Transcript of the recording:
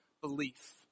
belief